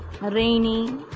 rainy